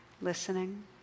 listening